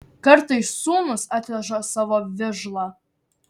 kartais sūnus atveža savo vižlą